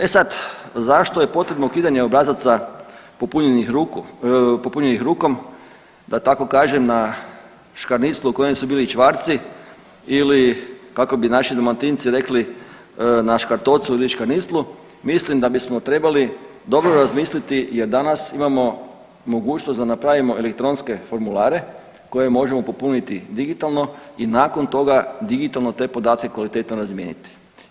E sad zašto je potrebno ukidanje obrazaca popunjenih rukom da tako kažem na škaniclu u kojem su bili čvarci ili kako bi naši Dalmatinci rekli na škartocu ili škaniclu mislim da bismo trebali dobro razmisliti jer danas imamo mogućnost da napravimo elektronske formulare koje možemo popuniti digitalno i nakon toga digitalno te podatke kvalitetno razmijeniti.